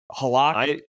Halak